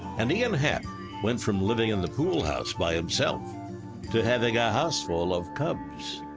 and ian happ went from living in the pool house by himself to having a house full of cubs.